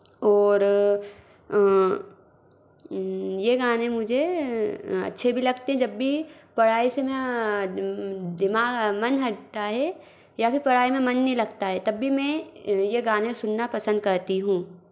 और ये गानें मुझे अच्छे भी लगते हैं जब भी मैं पढ़ाई से मैं दिमाग मन हटता है या फिर पढ़ाई में मन नहीं लगता है तभी मैं ये गाने सुनना पसंद करती हूँ